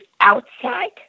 outside